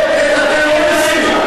תגנה את הטרוריסטים.